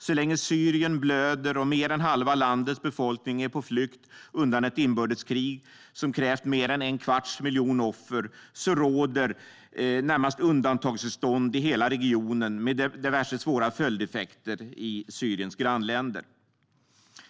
Så länge Syrien blöder och mer än halva landets befolkning är på flykt undan ett inbördeskrig som har krävt mer än en kvarts miljon offer råder närmast undantagstillstånd i hela regionen, med diverse svåra följdeffekter i Syriens grannländer.